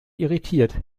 irritiert